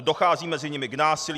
Dochází mezi nimi k násilí.